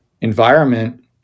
environment